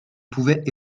pouvait